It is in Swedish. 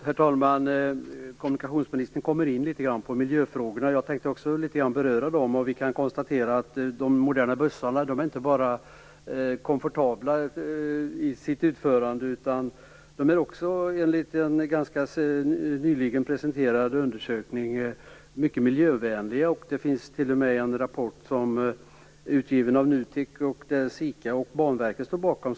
Herr talman! Kommunikationsministern kommer in på miljöfrågorna litet grand. Jag tänkte också beröra dem. Vi kan konstatera att de moderna bussarna inte bara är komfortabla i sitt utförande utan enligt en ganska nyligen presenterad undersökning mycket miljövänliga. Det finns en rapport som är utgiven av NUTEK och som SIKA och Banverket står bakom.